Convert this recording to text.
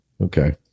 Okay